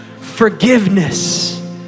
forgiveness